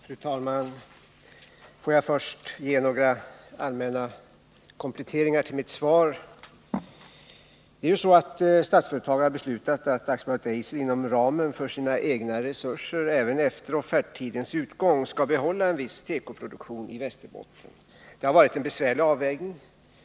Fru talman! Får jag först göra några allmänna kompletteringar till mitt svar. Statsföretag har beslutat att AB Eiser inom ramen för sina egna resurser och även efter offerttidens utgång skall behålla en viss tekoproduktion i Västerbotten. Det har varit en besvärlig avvägning.